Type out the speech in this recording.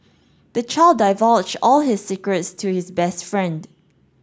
the child divulged all his secrets to his best friend